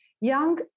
young